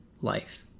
life